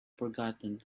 forgotten